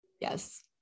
Yes